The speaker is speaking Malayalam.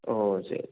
ഓ ശരി